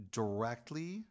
directly